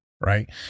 right